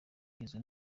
rugizwe